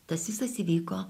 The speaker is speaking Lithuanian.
tas visas įvyko